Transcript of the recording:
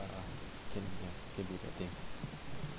ah can ah can be bad thing